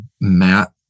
Matt